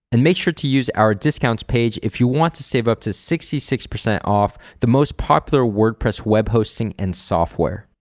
and make sure to use our discounts page if you want to save up to sixty six percent off the most popular wordpress web hosting and software.